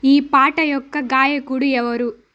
ఈ పాట యొక్క గాయకుడు ఎవరు